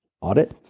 audit